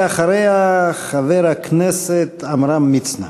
ואחריה, חבר הכנסת עמרם מצנע.